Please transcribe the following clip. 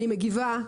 אני מגיבה,